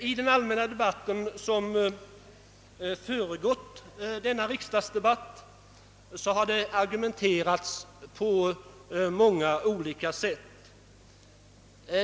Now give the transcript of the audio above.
I den allmänna debatt som föregätt denna riksdagsdebatt har det argumenterats på många olika sätt.